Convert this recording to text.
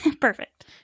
Perfect